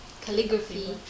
calligraphy